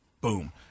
Boom